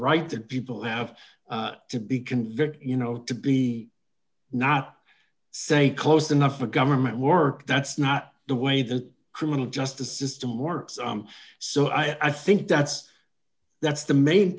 right that people have to be convicted you know to be not saying close enough for government work that's not the way the criminal justice system works so i think that's that's the main